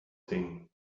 thing